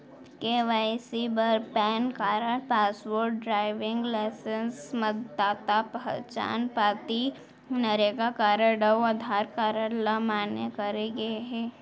KYC बर PAN card, passport, driving licence, मतदाता पहचान पाती, नरेगा कारड अउ आधार कारड ल मान्य करे गे हे